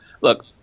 Look